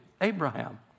Abraham